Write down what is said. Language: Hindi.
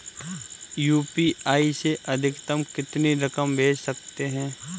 यू.पी.आई से अधिकतम कितनी रकम भेज सकते हैं?